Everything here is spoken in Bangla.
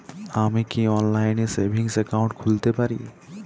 আমি কি অনলাইন এ সেভিংস অ্যাকাউন্ট খুলতে পারি?